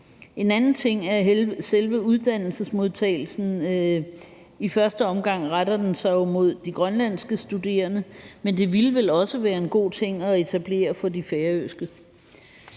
En anden ting er selve uddannelsesmodtagelsen. I første omgang retter den sig jo imod de grønlandske studerende, men det ville vel også være en god ting at etablere for de færøske.